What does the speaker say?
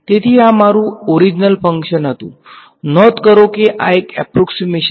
તેથી આ મારું ઓરીજનલ ફંકશન હતું નોંધ કરો કે આ એક એપ્રોક્ષીમેશન છે